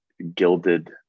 Gilded